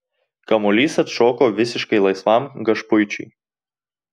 kamuolys atšoko visiškai laisvam gašpuičiui